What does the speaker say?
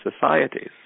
societies